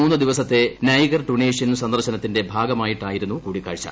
മൂന്നു ദിവസത്തെ Niger Tunisian സന്ദർശന ത്തിന്റെ ഭാഗമായിട്ടായിരുന്നു കൂടിക്കാഴ്ച